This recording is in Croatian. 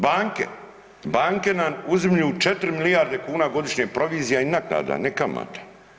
Banke, banke nam uzimaju 4 milijarde kuna godišnje provizija i naknada, ne kamate.